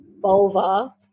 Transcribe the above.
vulva